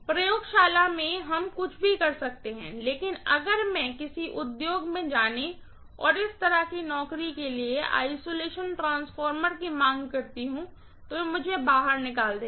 प्रयोगशाला में हम कुछ भी कर सकते हैं लेकिन अगर मैं किसी उद्योग में जाने और इस तरह की नौकरी के लिए एक आइसोलेशन ट्रांसफार्मर की मांग करती हूँ तो वे मुझे बाहर निकाल देंगे